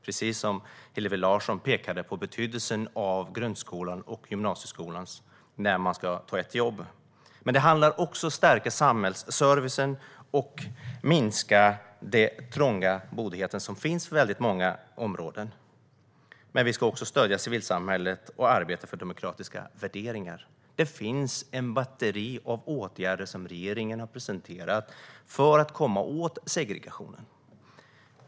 Precis som Hillevi Larsson påpekade är grundskolan och gymnasieskolan av väldigt stor betydelse när man ska skaffa jobb. Men det handlar också om att stärka samhällsservicen och minska den trångboddhet som råder i många områden. Vi ska även stödja civilsamhället och arbeta för demokratiska värderingar. Regeringen har presenterat ett batteri av åtgärder för att komma åt segregationen.